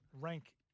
rank